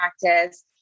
practice